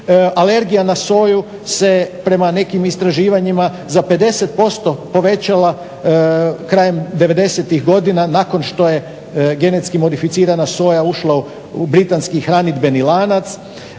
alergija na soju se prema nekim istraživanjima za 50% povećala krajem devedesetih godina nakon što je GM soja ušla u britanski hranidbeni lanac.